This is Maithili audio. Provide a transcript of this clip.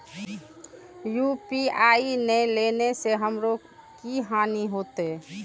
यू.पी.आई ने लेने से हमरो की हानि होते?